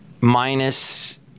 minus